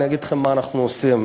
אני אגיד לכם מה אנחנו עושים.